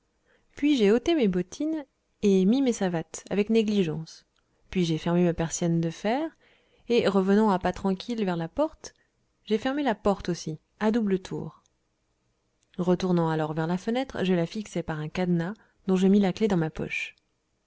puis j'ai ôté mes bottines et mis mes savates avec négligence puis j'ai fermé ma persienne de fer et revenant à pas tranquilles vers la porte j'ai fermé la porte aussi à double tour retournant alors vers la fenêtre je la fixai par un cadenas dont je mis la clef dans ma poche